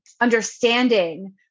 understanding